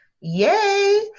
Yay